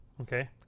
Okay